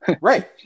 right